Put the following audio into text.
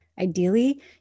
Ideally